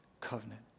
covenant